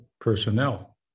personnel